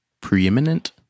preeminent